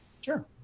Sure